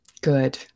Good